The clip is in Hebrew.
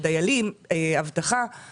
מעסיקים את הדיילים, אבטחה.